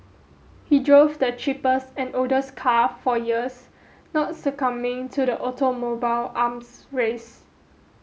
he drove the cheapest and oldest car for years not succumbing to the automobile arms race